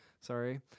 sorry